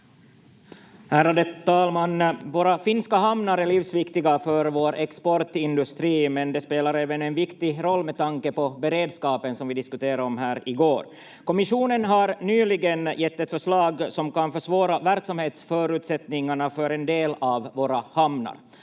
Ärade talman! Våra finska hamnar är livsviktiga för vår exportindustri men de spelar även en viktig roll med tanke på beredskapen som vi diskuterade om här igår. Kommissionen har nyligen gett ett förslag som kan försvåra verksamhetsförutsättningarna för en del av våra hamnar.